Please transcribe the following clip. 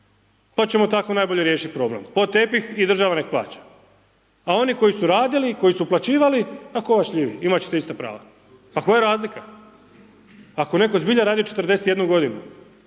Pa ćemo tako najbolje riješiti problem, pod tepih i država nek plaća. A oni koji su radili i koji su uplaćivali, a tko vas šljivi, imat ćete ista prava. A koja je razlika? Ako je netko zbilja radio 41 g.